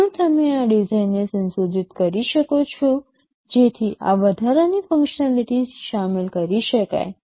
શું તમે આ ડિઝાઇનને સંશોધિત કરી શકો છો જેથી આ વધારાની ફંક્સનાલીટી શામેલ કરી શકાય